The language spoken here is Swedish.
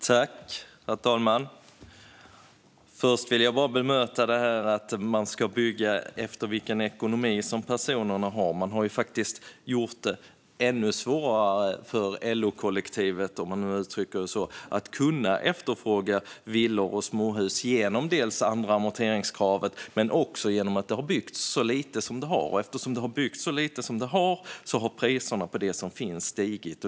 Herr talman! Först vill jag bemöta det som sas om att man ska bygga efter vilken ekonomi som människor har. Man har faktiskt gjort det ännu svårare för LO-kollektivet, om man nu uttrycker det så, att kunna efterfråga villor och småhus genom det andra amorteringskravet men också genom att det har byggts så lite. Och eftersom det har byggts så lite har priserna på det som finns stigit.